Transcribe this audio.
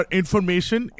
information